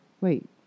wait